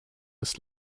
des